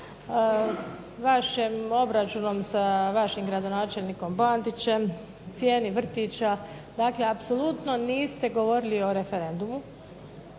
vašem obračunom sa vašim gradonačelnikom BAndićem, cijeni vrtića. Apsolutno niste govorili o referendumu.